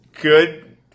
good